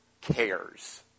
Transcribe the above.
cares